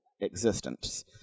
existence